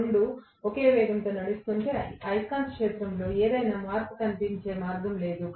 రెండూ ఒకే వేగంతో నడుస్తుంటే అయస్కాంత క్షేత్రంలో ఏదైనా మార్పు కనిపించే మార్గం లేదు